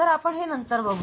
तर आपण हे नंतर बघू